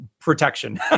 protection